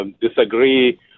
disagree